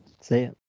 See